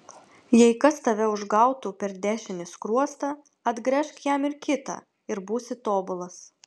jei kas tave užgautų per dešinį skruostą atgręžk jam ir kitą ir būsi tobulas